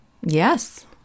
Yes